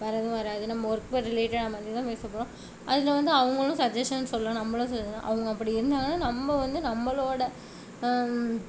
வேறு எதுவும் வராது நம்ம ஒர்க் ஃபார் ரிலேட்டடாக மட்டும்தான் பேச போகிறோம் அதில் வந்து அவங்களும் சஜ்ஜஷன் சொல்லலாம் நம்மளும் சொல்லலாம் அவங்க அப்படி இருந்தாங்கனால் நம்ம வந்து நம்மளோட